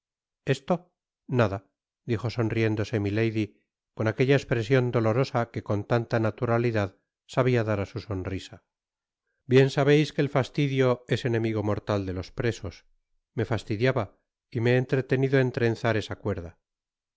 esto f nada dijo sonriéndose milady con aquella espresion dolorosa que con tanta naturalidad sabia dar á su sonrisa bien sabeis que el fastidio es el enemigo mortal de los presos me fastidiaba y me he entretenido en trenzar esa cuerda